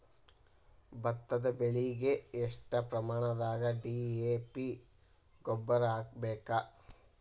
ಭತ್ತದ ಬೆಳಿಗೆ ಎಷ್ಟ ಪ್ರಮಾಣದಾಗ ಡಿ.ಎ.ಪಿ ಗೊಬ್ಬರ ಹಾಕ್ಬೇಕ?